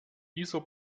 dieser